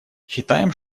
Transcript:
считаем